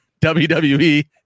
WWE